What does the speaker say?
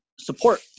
support